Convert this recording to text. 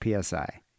PSI